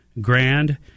Grand